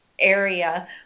area